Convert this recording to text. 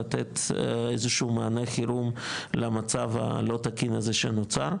לתת איזשהו מענה חירום למצב הלא תקין הזה שנוצר,